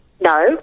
No